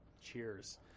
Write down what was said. Cheers